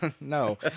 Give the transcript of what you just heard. no